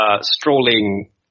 strolling